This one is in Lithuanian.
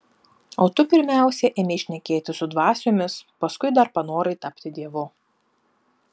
o tu pirmiausia ėmei šnekėtis su dvasiomis paskui dar panorai tapti dievu